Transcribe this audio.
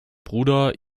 bruder